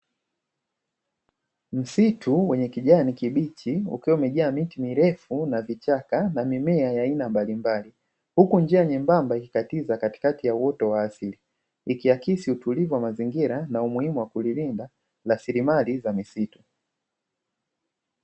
Msitu wenye kijani kibichi ukiwa umejaa miti mirefu na vichaka na mimea ya aina mbalimbali, huku njia nyembamba ikikatiza katikati ya uwoto wa asili ikiakisi utulivu wa mazingira na umuhimu wa kulilinda na rasilimali za misitu.